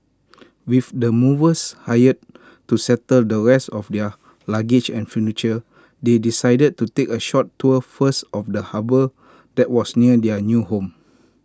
with the movers hired to settle the rest of their luggage and furniture they decided to take A short tour first of the harbour that was near their new home